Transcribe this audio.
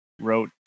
wrote